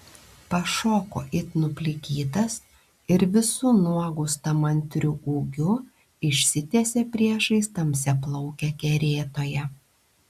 pašoko it nuplikytas ir visu nuogu stamantriu ūgiu išsitiesė priešais tamsiaplaukę kerėtoją